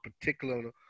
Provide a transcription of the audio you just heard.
particular